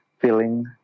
feeling